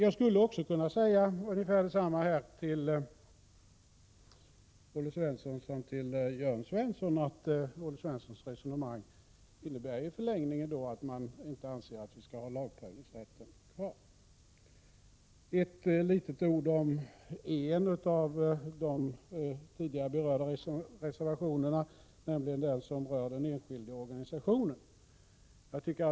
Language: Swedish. Jag skulle också kunna säga detsamma till Olle Svensson som till Jörn Svensson, nämligen att Olle Svenssons resonemang i förlängningen innebär att han inte anser att lagprövningsrätten skall vara kvar. En av de tidigare berörda reservationerna rör den enskilde och organisationerna.